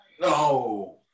No